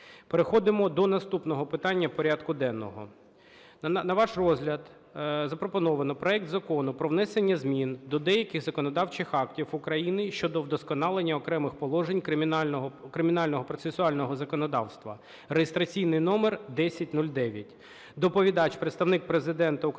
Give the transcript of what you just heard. Переходимо до наступного питання порядку денного. На ваш розгляд запропоновано проект Закону про внесення змін до деяких законодавчих актів України щодо вдосконалення окремих положень кримінального процесуального законодавства (реєстраційний номер 1009). Доповідач представник Президента у